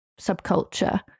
subculture